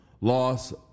loss